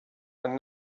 and